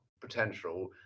potential